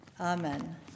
Amen